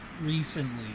recently